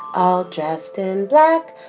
all dressed in black,